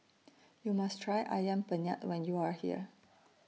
YOU must Try Ayam Penyet when YOU Are here